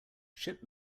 ship